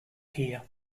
here